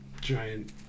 giant